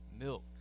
milk